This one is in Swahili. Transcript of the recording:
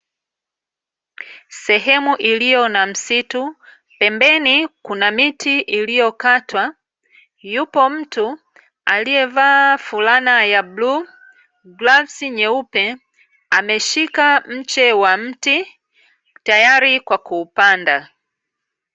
Sehemu iliyo na msitu, pembeni kuna miti iliyokatwa , yupo mtu aliyevaa fulana ya bluu, glavs nyeupe, ameshika mche wa mti tayari kwa kuupanda.